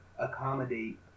accommodate